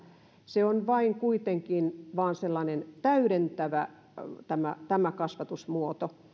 se on kuitenkin vain sellainen täydentävä kasvatusmuoto